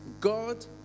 God